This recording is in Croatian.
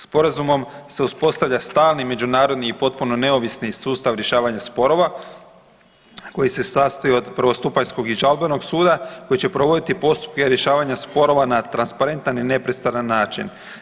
Sporazumom se uspostavlja stalni međunarodni i potpuno neovisni sustav rješavanja sporova koji se sastoji od prvostupanjskog i žalbenog suda koji će provoditi postupke rješavanja sporova na transparentan i nepristran način.